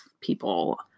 people